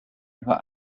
über